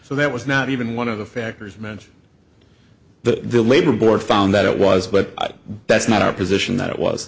so that was not even one of the factors mentioned the labor board found that it was but that's not our position that it was